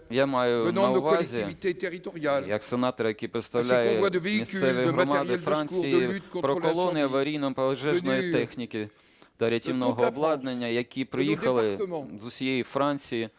Я маю на увазі, як сенатор, який представляє місцеві громади Франції, про колони аварійно-пожежної техніки та рятівного обладнання, які приїхали з усієї Франції.